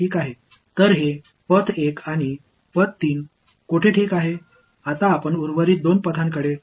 இப்போது பாதை 2 மற்றும் பாதை 4 எனப்படும் மீதமுள்ள இரண்டு பாதைகளுக்கு செல்லலாம்